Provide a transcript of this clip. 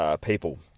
people